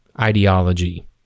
ideology